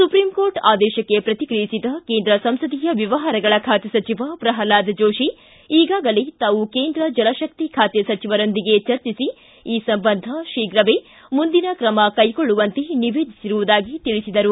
supreme court ಆದೇಶಕ್ಷೆ ಪ್ರತಿಕ್ರಿಯಿಸಿದ ಕೇಂದ್ರ ಸಂಸದೀಯ ವ್ಯವಹಾರಗಳ ಖಾತೆ ಸಚಿವ ಪ್ರಹ್ನಾದ್ ಜೋಶಿ ಈಗಾಗಲೇ ತಾವು ಕೇಂದ್ರ ಜಲಶಕ್ತಿ ಖಾತೆ ಸಚಿವರೊಂದಿಗೆ ಚರ್ಚಿಸಿ ಈ ಸಂಬಂಧ ಶೀಘವೇ ಮುಂದಿನ ಕ್ರಮ ಕೈಗೊಳ್ಳುವಂತೆ ನಿವೇದಿಸಿರುವುದಾಗಿ ತಿಳಿಸಿದರು